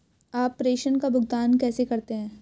आप प्रेषण का भुगतान कैसे करते हैं?